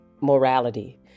morality